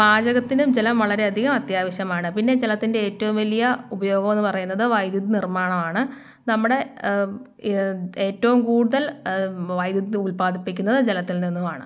പാചകത്തിന് ജലം വളരെയധികം അത്യാവശ്യമാണ് പിന്നെ ജലത്തിൻ്റെ ഏറ്റവും വലിയ ഉപയോഗം എന്ന് പറയുന്നത് വൈദ്യുതി നിർമ്മാണമാണ് നമ്മടെ ഏറ്റവും കൂടുതൽ വൈദ്യുതി ഉൽപ്പാദിപ്പിക്കുന്നത് ജലത്തിൽ നിന്നുമാണ്